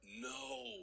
No